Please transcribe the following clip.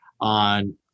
on